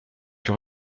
que